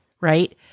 right